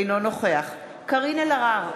אינו נוכח קארין אלהרר,